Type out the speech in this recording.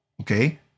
okay